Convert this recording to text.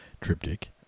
Triptych